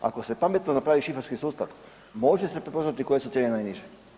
Ako se pametno napravi šibenski sustav može se prepoznati koje su cijene najniže.